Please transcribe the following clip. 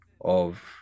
of-